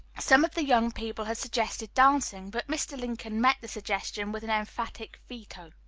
some of the young people had suggested dancing, but mr. lincoln met the suggestion with an emphatic veto.